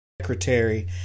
Secretary